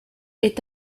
est